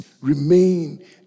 remain